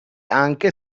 anche